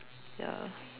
ya